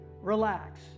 relax